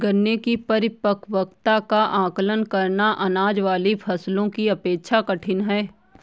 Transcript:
गन्ने की परिपक्वता का आंकलन करना, अनाज वाली फसलों की अपेक्षा कठिन है